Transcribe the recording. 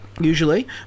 usually